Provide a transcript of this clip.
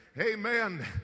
Amen